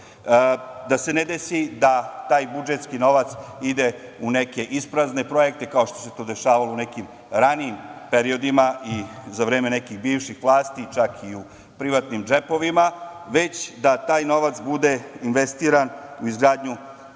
se ne desi da taj budžetski novac ide u neke isprazne projekte, kao što se to dešavalo u nekim ranijim i za vreme nekih bivših vlasti, čak i u privatnim džepovima, već da taj novac bude investiran u izgradnju